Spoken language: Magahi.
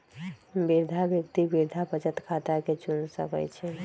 वृद्धा व्यक्ति वृद्धा बचत खता के चुन सकइ छिन्ह